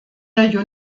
der